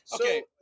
Okay